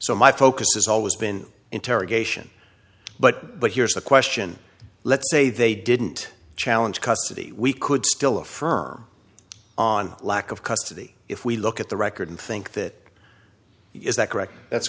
so my focus has always been interrogation but but here's the question let's say they didn't challenge custody we could still affirm on lack of custody if we look at the record think that is that correct that's